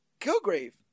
Kilgrave